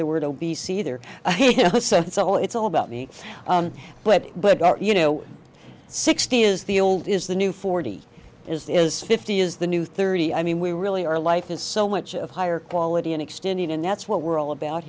the word obese either so it's all about me but but you know sixty is the old is the new forty is that is fifty is the new thirty i mean we really our life is so much of higher quality and extending and that's what we're all about